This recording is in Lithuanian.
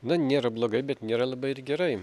na nėra blogai bet nėra labai ir gerai